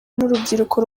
n’urubyiruko